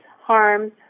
harms